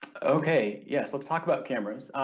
okay yes, let's talk about cameras,